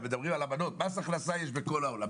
הם מדברים על אמנות מס הכנסה יש בכל העולם,